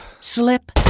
slip